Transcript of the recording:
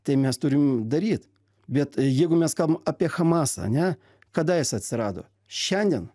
tai mes turim daryt bet jeigu mes kalbam apie hamas ane kada jis atsirado šiandien